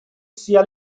sia